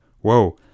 whoa